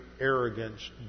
arrogance